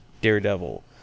Daredevil